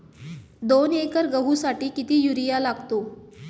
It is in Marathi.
दोन एकर गहूसाठी किती युरिया लागतो?